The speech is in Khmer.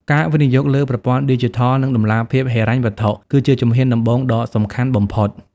ការវិនិយោគលើ "ប្រព័ន្ធឌីជីថល និងតម្លាភាពហិរញ្ញវត្ថុ" គឺជាជំហានដំបូងដ៏សំខាន់បំផុត។